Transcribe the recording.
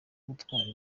gutwara